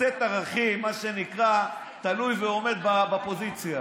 סט ערכים, מה שנקרא, תלוי ועומד בפוזיציה.